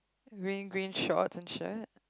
green green shorts and shirt